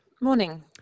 Morning